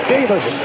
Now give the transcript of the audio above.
Davis